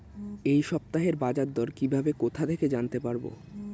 এই সপ্তাহের বাজারদর কিভাবে কোথা থেকে জানতে পারবো?